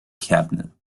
cabinet